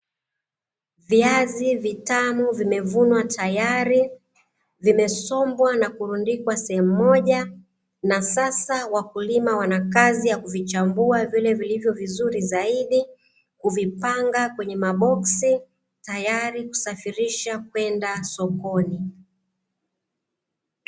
Viazi vitamu vimevunwa tayari vimesombwa na kurundikwa sehemu moja, na sasa wakulima wanakazi ya kuvichambua vile vilivyo vizuri zaidi kuvipanga kwenye maboksi tayari kwenda sokoni.